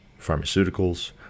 pharmaceuticals